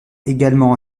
également